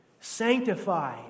sanctify